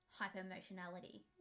hyper-emotionality